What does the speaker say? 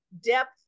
depth